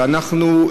ואנחנו,